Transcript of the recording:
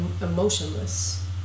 emotionless